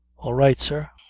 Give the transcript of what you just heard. all right, sir.